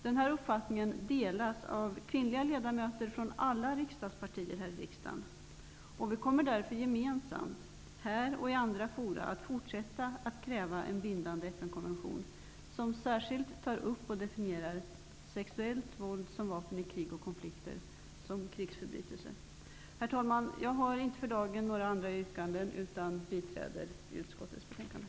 Den här uppfattningen delas av kvinnliga ledamöter från alla riksdagspartier här i riksdagen. Vi kommer därför gemensamt, här och i andra forum, att fortsätta att kräva en bindande FN-konvention som särskilt tar upp och definierar sexuellt våld som vapen i krig och konflikter som krigsförbrytelser. Herr talman! Jag har inte för dagen några andra yrkanden, utan biträder utskottets betänkande.